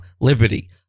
liberty